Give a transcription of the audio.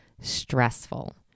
stressful